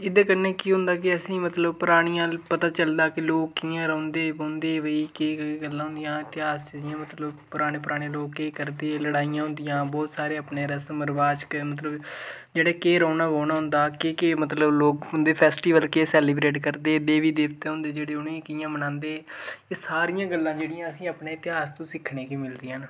एह्दे कन्नै केह् होंदा कि असेंई मतलब परानियां पता चलदा कि लोक कि'यां रौह्ंदे बौंह्दे भाई केह् गल्लां होंदियां इतिहास मतलब पराने पराने लोक केह् करदे लड़ाइयां होंदियां बहुत सारे अपने रस्म रवाज मतलब जेह्ड़े केह् रौह्नंना बौह्ंना होंदा केह् केह् मतलब उं'दे फैसटीबल उ'नेंई कि'यां मनांदे एह् सारियां गललां जेह्ड़ियां असेंई अपने इतहास तूं सिखने मिलदियां न